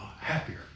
happier